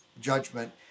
judgment